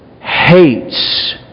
hates